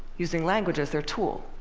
using language as their tool.